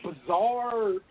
bizarre